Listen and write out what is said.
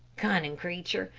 cunning creature,